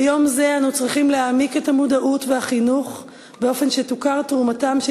ביום זה אנו צריכים להעמיק את המודעות והחינוך באופן שתוכר תרומתם של